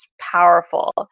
powerful